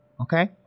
okay